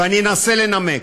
ואני אנסה לנמק.